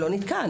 לא נתקע.